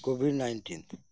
covid nineteen